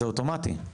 זה אוטומטי,